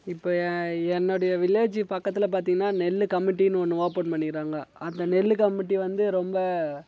இப்போ எ என்னுடைய வில்லேஜ் பக்கத்தில் பார்த்திங்கனா நெல்லு கமிட்டின்னு ஒன்று ஓப்பன் பண்ணிக்கிறாங்க அந்த நெல்லு கமிட்டி வந்து ரொம்ப